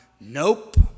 Nope